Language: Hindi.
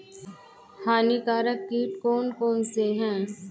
हानिकारक कीट कौन कौन से हैं?